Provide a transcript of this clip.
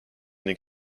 ning